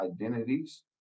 identities